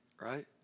right